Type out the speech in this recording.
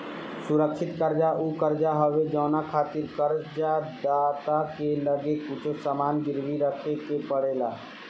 सुरक्षित कर्जा उ कर्जा हवे जवना खातिर कर्ज दाता के लगे कुछ सामान गिरवी रखे के पड़ेला